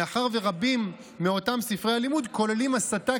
מאחר שרבים מאותם ספרי לימוד כוללים הסתה